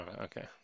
okay